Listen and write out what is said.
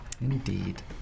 Indeed